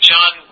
John